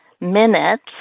minutes